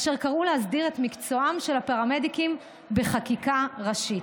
אשר קראו להסדיר את מקצועם של הפרמדיקים בחקיקה ראשית.